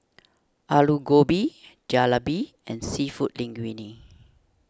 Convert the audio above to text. Alu Gobi Jalebi and Seafood Linguine